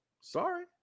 Sorry